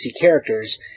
characters